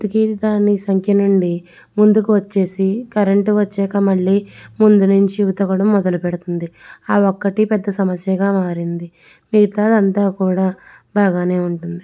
ఉతికి దాని యొక్క సంఖ్య నుండి ముందుకు వచ్చేసి కరెంట్ వచ్చాక మళ్ళీ ముందు నుంచి ఉతకడం మొదలు పెడుతుంది ఆ ఒక్కటి పెద్ద సమస్యగా మారింది మిగతాదంతా కూడా బాగానే ఉంటుంది